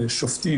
ושופטים,